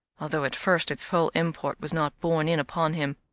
although at first its full import was not borne in upon him.